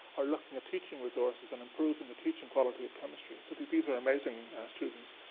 or looking at teaching resources and improving the teaching quality of chemistry. so, i think these are amazing students,